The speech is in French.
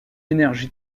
énergie